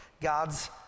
God's